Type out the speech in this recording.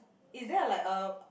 is there like a